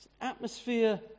atmosphere